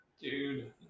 Dude